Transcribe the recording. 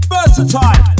Versatile